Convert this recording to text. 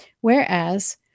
whereas